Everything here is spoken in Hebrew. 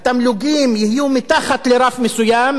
התמלוגים יהיו מתחת לרף מסוים,